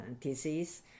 disease